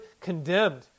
condemned